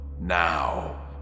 Now